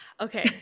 Okay